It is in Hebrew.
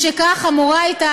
משכך אמורה הייתה,